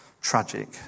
tragic